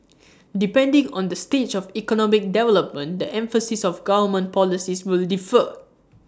depending on the stage of economic development the emphasis of government policies will differ